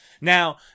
Now